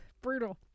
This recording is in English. brutal